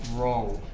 wrong.